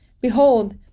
Behold